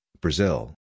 Brazil